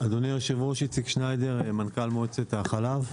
אדוני היושב-ראש, מנכ"ל מועצת החלב,